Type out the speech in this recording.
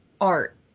art